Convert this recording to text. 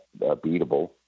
beatable